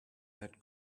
that